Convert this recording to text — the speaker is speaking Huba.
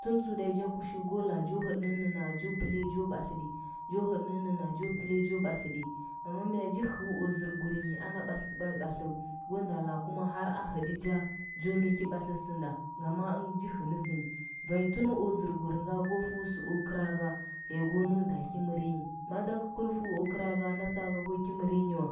Tun tsutai cha kushil go laa jo hɚɗɚ nɚnnɚna jo pɚliya jo batlɚɗi, jo hɚɗɚ nɚnnɚna jo pɚliya jo batlɚɗi amma mya ji hɚu o zɚrgurnyi ana batlɚ sɚ batlɚu go nda laa kuma jo hea jo nau ki batlɚ sɚnda, ngama ɚngɚ ji hɚna sɚnyi vanyi tun o zɚrgunga go fuou o gragra ya ko nau nda gi mɚryanyi madagɚ wur fɚu graga na tsaka go ki mɚryanyi wa